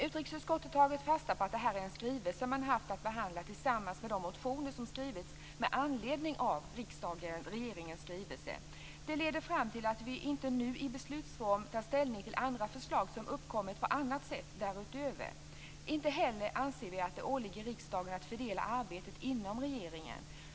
Utrikesutskottet har tagit fasta på att detta är en skrivelse man har haft anledning att behandla tillsammans med de motioner som väckts med anledning av regeringens skrivelse. Det leder fram till att vi inte nu i beslutsform tar ställning till andra förslag som har uppkommit på annat sätt därutöver. Inte heller anser vi att det åligger riksdagen att fördela arbetet inom regeringen.